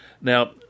Now